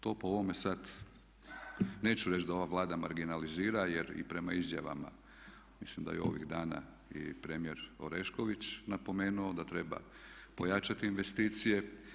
To po ovome sad, neću reći da ova Vlada marginalizira jer i prema izjavama mislim da je i ovih dana i premijer Orešković napomenuo da treba pojačati investicije.